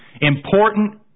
important